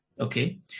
Okay